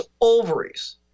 ovaries